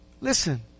listen